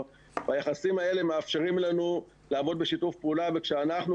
והיחסים האלה מאפשרים לנו לעבוד בשיתוף פעולה וכאשר אנחנו